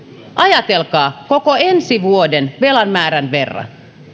ajatelkaa koko ensi vuoden velan määrän verran